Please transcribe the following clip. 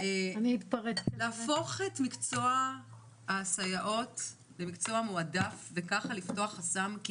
אפשר להפוך את מקצוע הסייעות למקצוע מועדף ובכך לפתוח חסם?